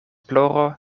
ploro